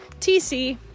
TC